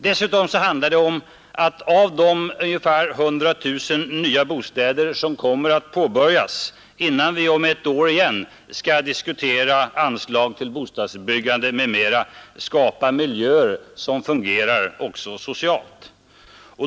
Dessutom handlar det om att av de ungefär 100 000 nya bostäder som kommer att påbörjas innan vi om ett år igen skall diskutera anslag till bostadsbyggande m.m. skapa miljöer som fungerar också socialt.